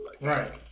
Right